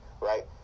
right